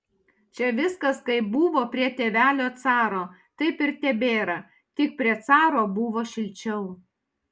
čia viskas kaip buvo prie tėvelio caro taip ir tebėra tik prie caro buvo šilčiau